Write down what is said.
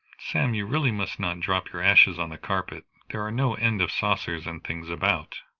sam, you really must not drop your ashes on the carpet. there are no end of saucers and things about.